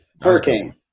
Hurricane